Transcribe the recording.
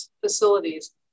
facilities